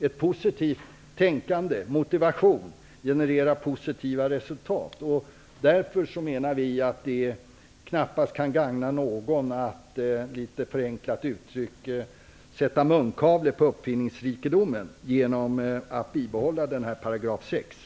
Ett positivt tänkande, motivation, genererar positiva resultat, och därför menar vi att det knappast kan gagna någon att - litet förenklat uttryckt - sätta munkavle på uppfinningsrikedomen genom att bibehålla 6 §.